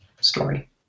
story